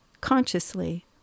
consciously